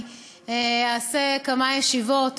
אערוך כמה ישיבות